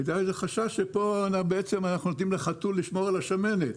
היה איזה חשש שפה בעצם אנחנו נותנים לחתול לשמור על השמנת,